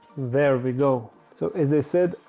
there we go so as i said,